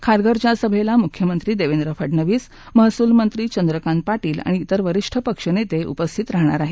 खारघरच्या सभेला मुख्यमंत्री देवेंद्र फडनवीस महसूल मंत्री चंद्रकांत पाटील आणि त्रिर वरीष्ठ पक्षनेते उपस्थित राहणार आहेत